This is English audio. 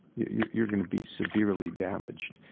you're you're gonna be severely damaged.